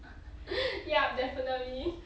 yup definitely